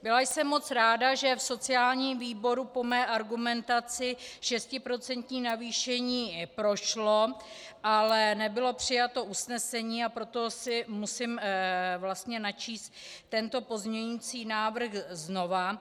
Byla jsem moc ráda, že v sociálním výboru po mé argumentaci šestiprocentní navýšení prošlo, ale nebylo přijato usnesení, a proto si musím načíst tento pozměňující návrh znovu.